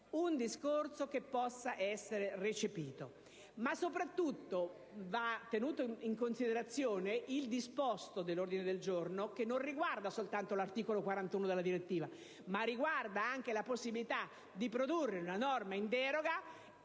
che possano essere recepite; ma soprattutto, va tenuto in considerazione il disposto dell'ordine del giorno G1, che non riguarda soltanto l'articolo 41 della direttiva, ma la possibilità di introdurre una norma in deroga